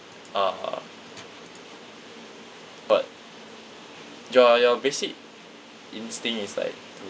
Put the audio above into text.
uh got your your basic instinct is like to